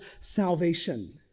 salvation